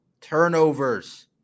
Turnovers